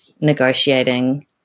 negotiating